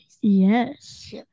yes